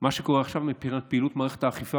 מה שקורה עכשיו מבחינת פעילות מערכת האכיפה